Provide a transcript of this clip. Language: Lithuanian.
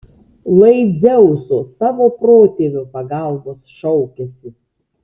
lai dzeuso savo protėvio pagalbos šaukiasi